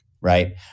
right